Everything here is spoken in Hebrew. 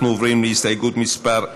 אנחנו עוברים להסתייגות מס' 10,